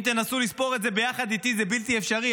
אם תנסו לספור את זה ביחד איתי, זה בלתי אפשרי.